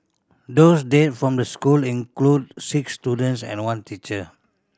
those dead from the school include six students and one teacher